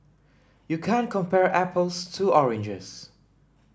you can't compare apples to oranges